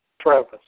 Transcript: Travis